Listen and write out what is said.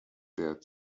der